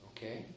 Okay